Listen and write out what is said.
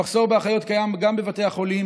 המחסור באחיות קיים גם בבתי החולים,